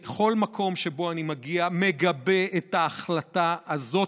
בכל מקום שאליו אני מגיע, מגבה את ההחלטה הזאת.